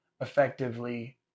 effectively